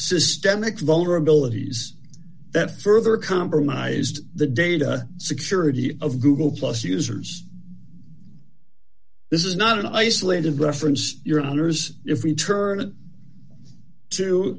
systemic vulnerabilities that further compromised the data security of google plus users this is not an isolated reference to your honor's if we turn to